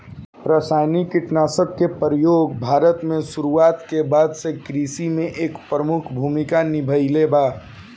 रासायनिक कीटनाशक के प्रयोग भारत में शुरुआत के बाद से कृषि में एक प्रमुख भूमिका निभाइले बा